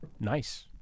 nice